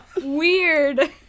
weird